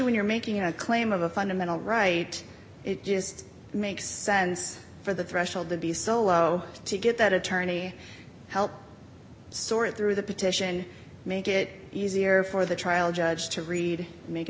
when you're making a claim of a fundamental right it just makes sense for the threshold to be so low to get that attorney help sort through the petition make it easier for the trial judge to read make a